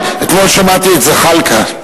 אתמול שמעתי את זחאלקה.